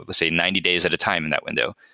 ah say, ninety days at a time in that window.